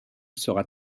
sera